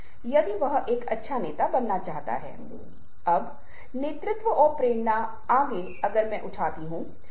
आपको वास्तव में नहीं पता है कि क्या हुआ है और कनेक्टिविटी का पता कैसे लगाया जा सकता है